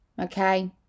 okay